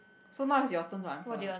so now it's your turn to answer